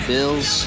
Bills